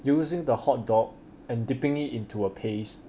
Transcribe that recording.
using the hotdog and dipping it into a paste